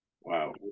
Wow